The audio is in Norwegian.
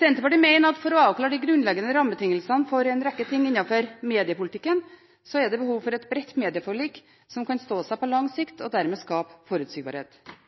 Senterpartiet mener at for å avklare de grunnleggende rammebetingelsene for en rekke ting innenfor mediepolitikken, er det behov for et bredt medieforlik, som kan stå seg på lang sikt, og dermed skape forutsigbarhet.